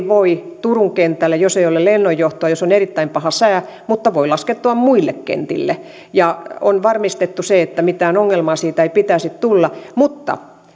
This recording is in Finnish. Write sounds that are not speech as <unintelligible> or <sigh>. <unintelligible> voi laskeutua turun kentälle jos ei ole lennonjohtoa ja jos on erittäin paha sää mutta voi laskeutua muille kentille ja on varmistettu se että mitään ongelmaa siitä ei pitäisi tulla mutta <unintelligible>